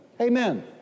Amen